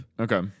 Okay